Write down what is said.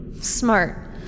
smart